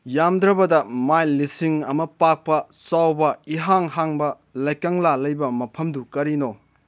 ꯌꯥꯝꯗ꯭ꯔꯕꯗ ꯃꯥꯏꯜ ꯂꯤꯁꯤꯡ ꯑꯃ ꯄꯥꯛꯄ ꯏꯍꯥꯡ ꯍꯥꯡꯕ ꯂꯩꯀꯪꯂꯥ ꯂꯩꯕ ꯃꯐꯝꯗꯨ ꯀꯔꯤꯅꯣ